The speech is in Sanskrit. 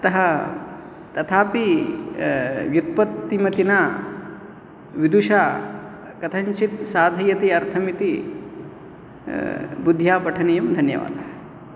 अतः तथापि व्युत्पत्तिमतिना विदुषा कथञ्चित् साधयति अर्थमिति बुध्या पठनीयं धन्यवादः